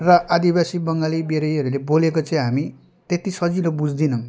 र आदिवासी बङ्गाली बिहारीहरूले बोलेको चाहिँ हामी त्यति सजिलो बुझ्दैनौँ